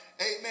amen